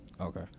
Okay